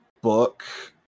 book